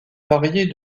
variée